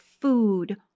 food